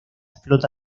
flota